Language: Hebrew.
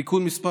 תיקון מס'